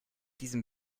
diesem